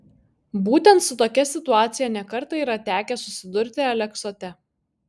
būtent su tokia situacija ne kartą yra tekę susidurti aleksote